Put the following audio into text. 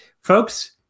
Folks